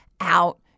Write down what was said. out